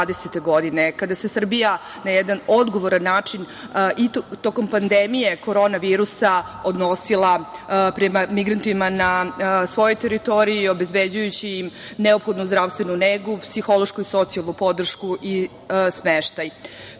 kada se Srbija na jedan odgovoran način i tokom pandemije korona virusa odnosila prema migrantima na svojoj teritoriji, obezbeđujući im neophodnu zdravstvenu negu, psihološku i socijalnu podršku i smeštaj. Priliv